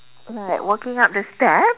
like walking up the steps